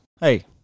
hey